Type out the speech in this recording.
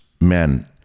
men